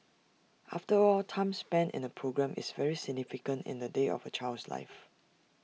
after all time spent in A programme is very significant in the day of A child's life